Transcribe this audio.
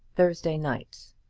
thursday night.